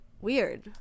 weird